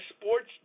sports